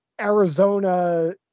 arizona